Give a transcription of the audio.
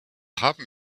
haben